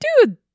Dude